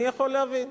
אני יכול להבין.